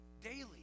daily